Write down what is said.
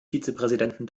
vizepräsidenten